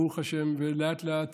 ברוך השם, לאט-לאט,